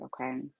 okay